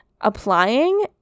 applying